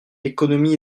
l’économie